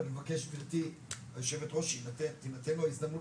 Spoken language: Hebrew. ואני מבקש גברתי היושב ראש שתינתן לו הזדמנות